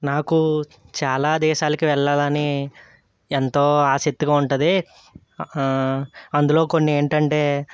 నాకు చాలా దేశాలకి వెళ్ళాలని ఎంతో ఆసక్తిగా ఉంటుంది అందులో కొన్ని ఏంటంటే